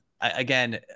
Again